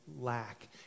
lack